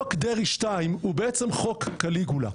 חוק דרעי 2 הוא בעצם חוק קליגולה.